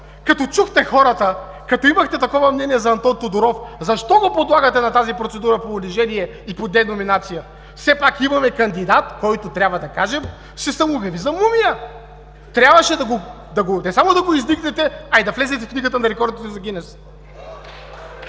Като чухте хората, като имахте такова мнение за Антон Тодоров, защо го подлагате на тази процедура по унижение и по деноминация? Все пак имаме кандидат, който, трябва да кажем, се самообяви за мумия. Трябваше не само да го издигнете, а и да влезете в Книгата на рекордите на Гинес.